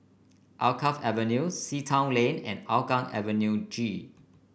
Alkaff Avenue Sea Town Lane and Hougang Avenue G